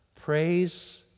praise